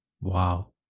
Wow